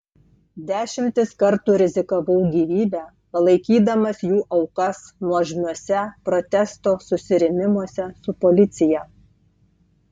dešimtis kartų rizikavau gyvybe palaikydamas jų aukas nuožmiuose protesto susirėmimuose su policija